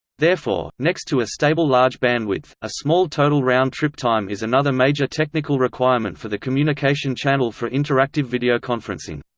therefore, next to a stable large bandwidth, a small total round-trip time is another major technical requirement for the communication channel for interactive videoconferencing.